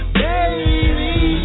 baby